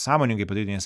sąmoningai padaryti nes